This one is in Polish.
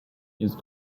jest